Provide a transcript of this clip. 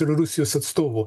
ir rusijos atstovų